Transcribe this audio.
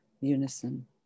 unison